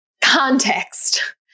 context